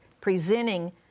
presenting